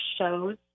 shows